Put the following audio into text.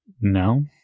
No